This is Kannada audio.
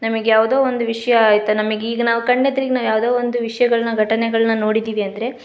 ನಮಗೆ ಯಾವುದೋ ಒಂದು ವಿಷಯ ಆಯ್ತು ನಮಗ್ ಈಗ ನಾವು ಕಣ್ಣೆದುರಿಗ್ ನಾವು ಯಾವುದೋ ಒಂದು ವಿಷಯಗಳ್ನ ಘಟನೆಗಳ್ನ ನೋಡಿದೀವಿ ಅಂದರೆ